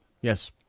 yes